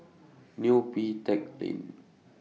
Neo Pee Teck Lane